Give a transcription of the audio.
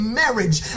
marriage